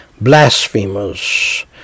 blasphemers